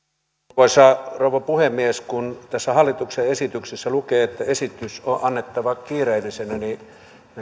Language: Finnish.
arvoisa rouva puhemies kun tässä hallituksen esityksessä lukee että esitys on annettava kiireellisenä niin